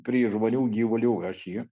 prie žmonių gyvulių aš jį